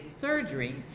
surgery